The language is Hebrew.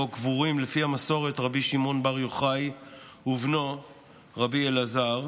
שבו קבורים על פי המסורת רבי שמעון בר יוחאי ובנו רבי אלעזר,